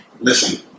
listen